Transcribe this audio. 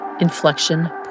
inflection